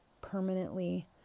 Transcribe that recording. permanently